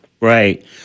Right